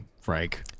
frank